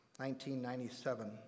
1997